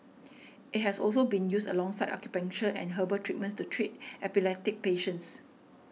it has also been used alongside acupuncture and herbal treatments to treat epileptic patients